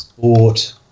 Sport